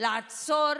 לעצור